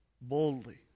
boldly